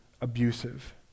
abusive